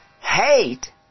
Hate